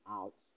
out